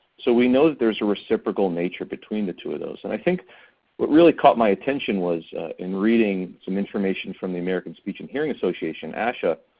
so we know that there's a reciprocal nature between the two of those and i think what really caught my attention was in reading some information from the american speech and hearing association, asha,